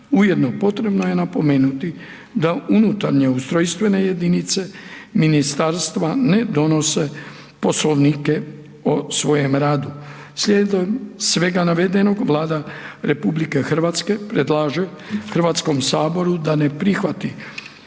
Ujedno potrebno je napomenuti da unutarnje ustrojstvene jedinice ministarstva ne donose poslovnike o svojem radu. Slijedom svega navedenog Vlada RH predlaže Hrvatskom saboru da ne prihvati